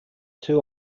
two